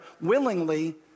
willingly